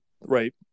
right